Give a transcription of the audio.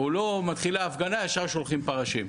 או לא מתחילה ההפגנה וישר שולחים פרשים,